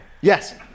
Yes